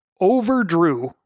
overdrew